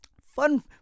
fun